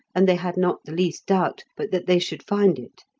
and they had not the least doubt but that they should find it,